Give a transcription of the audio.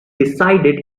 decided